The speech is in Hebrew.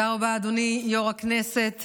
תודה רבה, אדוני יו"ר הישיבה.